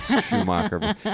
Schumacher